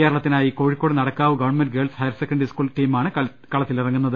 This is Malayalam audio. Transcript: കേരളത്തിനായി Kozhikode Nadakkavu government girls higher secondary school ടീമാണ് കളത്തിലിറങ്ങുന്നത്